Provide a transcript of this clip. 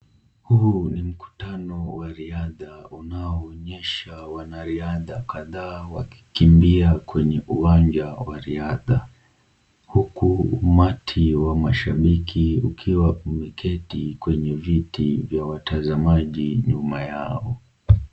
Huu ni mkutano wa riadha unaoonyesha wanariadha kadhaa wakikimbia kwenye uwanja wa riadha huku umati wa mashabiki ukiwa umeketi kwenye viti vya watazamaji nyuma yao.